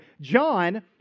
John